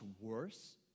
worse